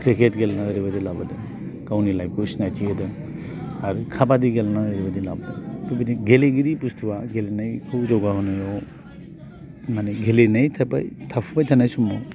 cricket गेलेनानै ओरैबायदि लाबोदों गावनि लाइफखौ सिनायथि होदों आरो काबादि गेलेनानै ओरैबायदि लाबोदों बेबायदि गेलेगिरि बुस्तुआ गेलेनायखौ जौगाहोनायाव मानि गेलेनाय थाबाय थाफुबाय थानाय समाव